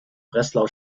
breslau